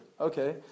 Okay